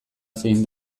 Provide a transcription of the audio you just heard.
zein